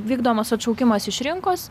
vykdomas atšaukimas iš rinkos